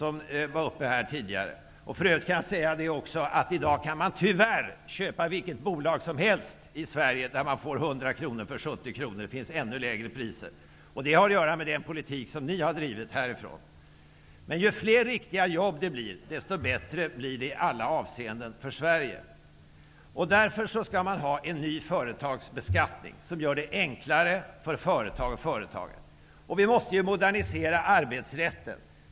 För övrigt kan man i dag tyvärr köpa vilket bolag som helst i Sverige, där man får 100 kr för 70 kr -- det finns ännu lägre priser. Det har att göra med den politik som ni har drivit. Ju fler riktiga jobb det blir, desto bättre blir det i alla avseenden för Därför skall en ny företagsbeskattning införas som gör det enklare för företag och företagare. Vi måste modernisera arbetsrätten.